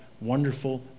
wonderful